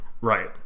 Right